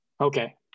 Okay